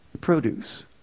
Produce